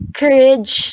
courage